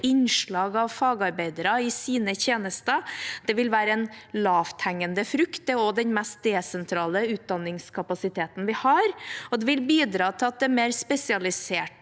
innslag av fagarbeidere i sine tjenester. Det vil være en lavthengende frukt, og det er også den mest desentraliserte utdanningskapasiteten vi har. Det vil bidra til at det mer spesialiserte